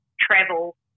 travel